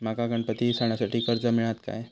माका गणपती सणासाठी कर्ज मिळत काय?